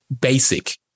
basic